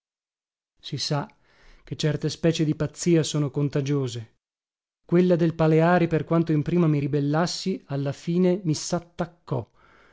si sa che certe specie di pazzia sono contagiose quella del paleari per quanto in prima mi ribellassi alla fine mi sattaccò